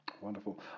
Wonderful